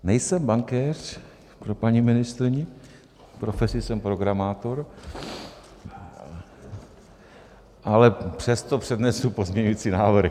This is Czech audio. Nejsem bankéř, pro paní ministryni, profesí jsem programátor, ale přesto přednesu pozměňovací návrh.